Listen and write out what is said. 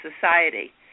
society